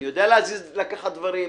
אני יודע לקחת דברים,